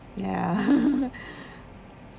ya